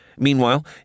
Meanwhile